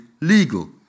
legal